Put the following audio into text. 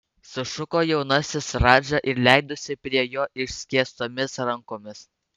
sušuko jaunasis radža ir leidosi prie jo išskėstomis rankomis